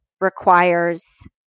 requires